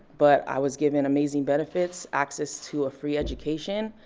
but i was given amazing benefits, access to a free education,